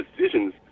decisions